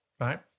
right